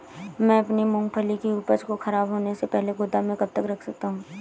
मैं अपनी मूँगफली की उपज को ख़राब होने से पहले गोदाम में कब तक रख सकता हूँ?